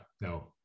no